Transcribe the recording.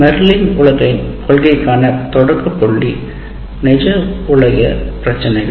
மெர்ரிலின் கொள்கை க்கான தொடக்க புள்ளி நிஜ உலக பிரச்சினைகள்